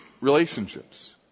relationships